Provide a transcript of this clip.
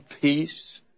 peace